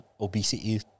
obesity